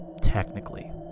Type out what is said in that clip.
technically